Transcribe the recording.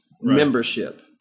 membership